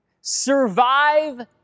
survive